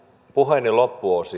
puheeni loppuosan